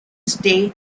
stay